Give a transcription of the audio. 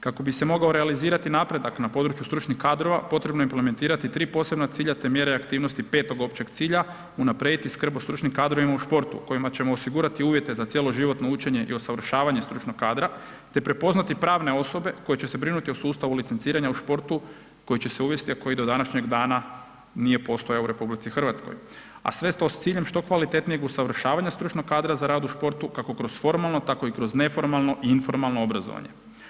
Kako bi se mogao realizirati napredak na području stručnih kadrova potrebno je implementirati 3 posebna cilja te mjere aktivnosti 5. općeg cilja, unaprijediti skrb o stručnim kadrovima u športu, kojima ćemo osigurati uvjete za cjeloživotno učenje i usavršavanje stručnog kadra, te prepoznati pravne osobe koje će se brinuti o sustavu licenciranja u športu koji će se uvesti, a koji do današnjeg dana nije postojao u RH, a sve to s ciljem što kvalitetnijeg usavršavanja stručnog kadra za rad u športu kako kroz formalno, tako i kroz neformalno i informalno obrazovanje.